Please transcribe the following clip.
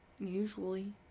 Usually